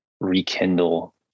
rekindle